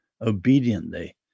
obediently